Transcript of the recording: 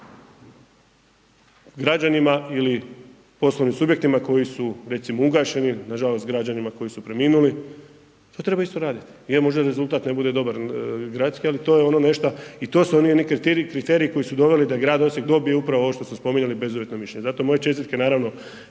građanima ili poslovnim subjektima koji su recimo ugašeni, nažalost građanima koji su preminuli, to treba isto raditi gdje možda rezultat ne bude dobar gradski ali to je ono nešto i to su oni kriteriji koji su doveli da grad Osijek dobije upravo ovo što ste spominjali, bezuvjetno mišljenje. Zato moje čestitke naravno